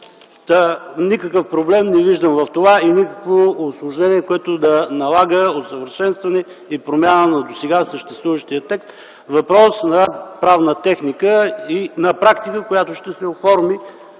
никакъв проблем в това и никакво усложнение, което да налага усъвършенстване и промяна на досега съществуващия текст. Това е въпрос на правна техника и на практика, която ще се оформи